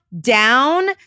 down